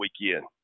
weekend